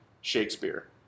Shakespeare